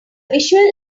visual